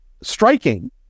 striking